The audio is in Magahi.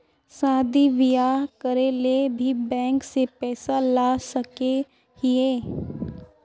शादी बियाह करे ले भी बैंक से पैसा ला सके हिये?